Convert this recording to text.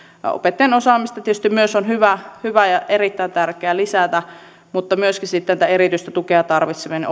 opettajien osaamista tietysti myös on hyvä hyvä ja erittäin tärkeää lisätä mutta myöskin erityistä tukea tarvitsevien